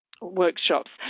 workshops